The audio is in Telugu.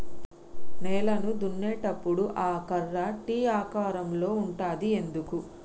నేలను దున్నేటప్పుడు ఆ కర్ర టీ ఆకారం లో ఉంటది ఎందుకు?